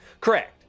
Correct